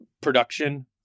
production